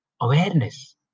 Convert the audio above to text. Awareness